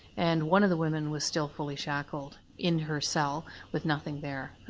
and one of the women was still fully shackled in her cell with nothing there.